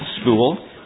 school